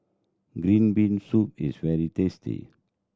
green bean soup is very tasty